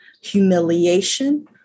humiliation